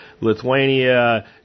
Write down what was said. Lithuania